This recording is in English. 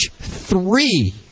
three